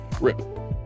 Rip